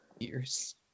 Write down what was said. years